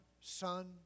Son